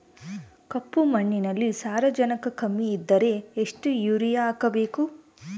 ಕಪ್ಪು ಮಣ್ಣಿನಲ್ಲಿ ಸಾರಜನಕ ಕಮ್ಮಿ ಇದ್ದರೆ ಎಷ್ಟು ಯೂರಿಯಾ ಹಾಕಬೇಕು?